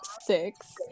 six